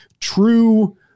true